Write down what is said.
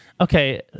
Okay